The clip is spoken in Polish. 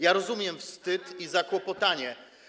Ja rozumiem wstyd i zakłopotanie.